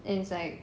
and it's like